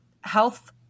health